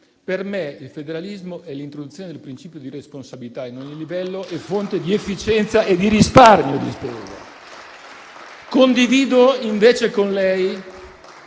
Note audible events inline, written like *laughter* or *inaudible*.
Per me il federalismo è l'introduzione del principio di responsabilità a ogni livello e fonte di efficienza e di risparmio di spesa. *applause* Condivido invece con lei